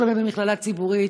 שלומד במכללה ציבורית,